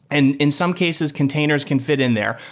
and in some cases containers can fit in there.